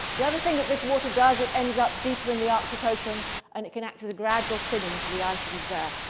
the other thing that this water does, it ends up deeper in the arctic ocean and it can add to the gradual thinning to the ice that is there.